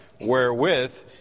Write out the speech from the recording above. wherewith